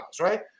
right